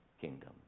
kingdom